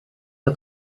der